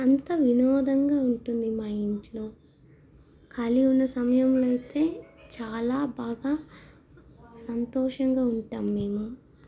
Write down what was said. అంత వినోదంగా ఉంటుంది మా ఇంట్లో ఖాళీ ఉన్న సమయంలో అయితే చాలా బాగా సంతోషంగా ఉంటాం మేము